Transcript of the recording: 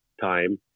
time